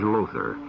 Lothar